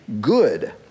good